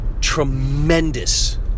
tremendous